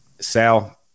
sal